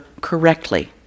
correctly